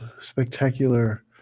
spectacular